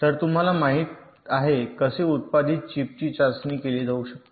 तर तुम्हाला माहिती आहे कसे उत्पादित चिपची चाचणी केली जाऊ शकते